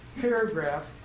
paragraph